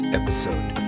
episode